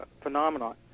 phenomenon